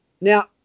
Now